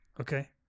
Okay